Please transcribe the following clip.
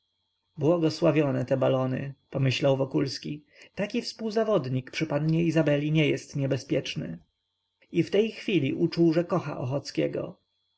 błogosławione te balony pomyślał wokulski taki współzawodnik przy pannie izabeli nie jest niebezpieczny i w tej chwili uczuł że kocha